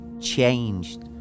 changed